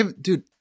Dude